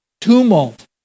Tumult